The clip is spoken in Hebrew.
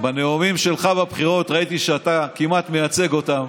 בנאומים שלך בבחירות ראיתי שאתה כמעט מייצג אותם